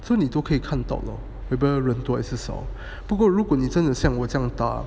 so 你都可以看到 lor whether 人多或人少不过如果你真的像我这样打